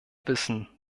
wissen